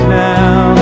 now